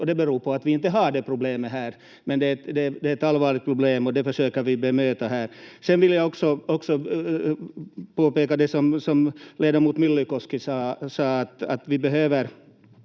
det beror på att vi inte har det problemet här. Men det är ett allvarligt problem, och det försöker vi bemöta här. Sedan vill jag också påpeka det som ledamot Myllykoski sade, att vi till